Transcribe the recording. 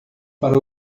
para